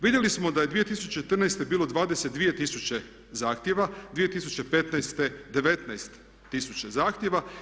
Vidjeli smo da je 2014. bilo 22 tisuće zahtjeva, 2015. 19 tisuća zahtjeva.